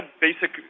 basic